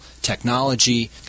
technology